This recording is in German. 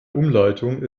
umleitung